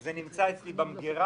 זה נמצא אצלי במגרה,